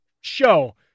show